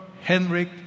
Henrik